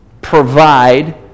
provide